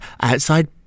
outside